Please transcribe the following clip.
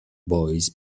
boys